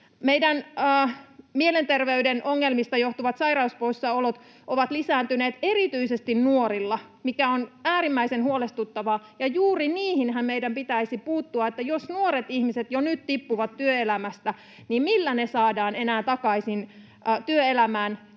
lisää. Mielenterveyden ongelmista johtuvat sairauspoissaolot ovat lisääntyneet erityisesti nuorilla, mikä on äärimmäisen huolestuttavaa, ja juuri niihinhän meidän pitäisi puuttua: jos nuoret ihmiset jo nyt tippuvat työelämästä, niin millä heidät saadaan enää takaisin työelämään? Ei